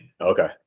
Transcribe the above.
Okay